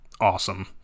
awesome